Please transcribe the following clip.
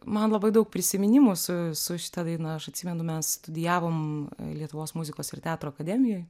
man labai daug prisiminimų su su šita daina aš atsimenu mes studijavom lietuvos muzikos ir teatro akademijoj